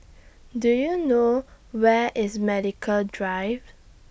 Do YOU know Where IS Medical Drive